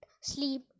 sleep